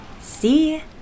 See